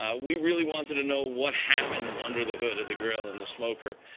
ah we really wanted to know what happens under the hood of the grill and the smoker.